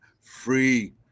free